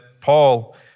Paul